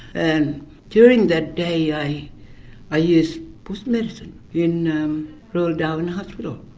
and during that day i i used bush medicine in um royal darwin hospital,